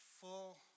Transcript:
full